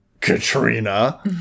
Katrina